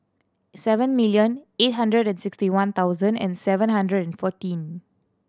seven million eight hundred and sixty one thousand and seven hundred and fourteen